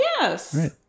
yes